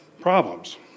problems